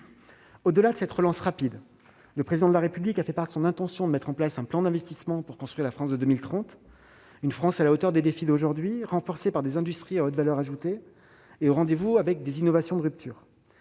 Au-delà de cette relance rapide, le Président de la République a fait part de son intention de mettre en place un plan d'investissement pour construire la France de 2030, une France à la hauteur des défis d'aujourd'hui, renforcée par des industries à haute valeur ajoutée et au rendez-vous avec des innovations de rupture.